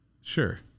Sure